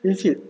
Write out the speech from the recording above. legit